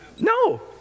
No